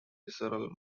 visceral